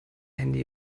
handy